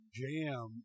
jam